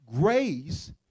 Grace